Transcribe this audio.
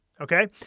Okay